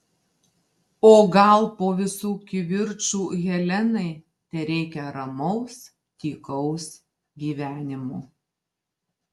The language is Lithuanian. o gal po visų kivirčų helenai tereikia ramaus tykaus gyvenimo